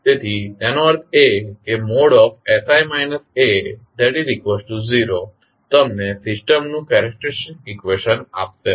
તેથી તેનો અર્થ એ કે sI A0 તમને સિસ્ટમનું કેરેક્ટેરીસ્ટીક ઇકવેશન આપશે